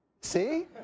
See